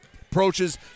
Approaches